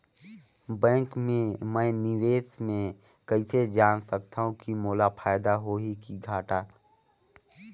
Bank मे मैं निवेश मे कइसे जान सकथव कि मोला फायदा होही कि घाटा?